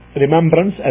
remembrance